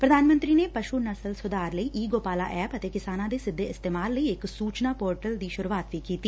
ਪ੍ਰਧਾਨ ਮੰਤਰੀ ਨੇ ਪਸ੍ਰ ਨਸਲ ਸੁਧਾਰ ਲਈ ਈ ਗੋਪਾਲਾ ਐਪ ਅਤੇ ਕਿਸਾਨਾ ਦੇ ਸਿੱਧੇ ਇਸਤੇਮਾਲ ਲਈ ਇਕ ਸੁਚਨਾ ਪੋਰਟਲ ਦੀ ਸੂਰੁਆਤ ਵੀ ਕੀਤੀ